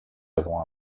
avant